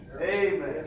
Amen